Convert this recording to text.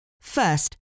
First